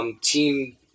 team